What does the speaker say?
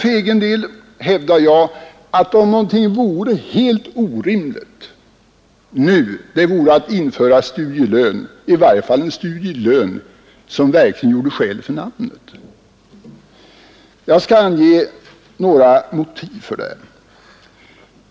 För egen del hävdar jag att om någonting vore helt orimligt, så vore det att införa studielön, i varje fall en studielön som verkligen gjorde skäl för namnet. Jag skall ange några motiv härför.